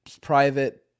private